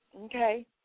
Okay